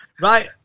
Right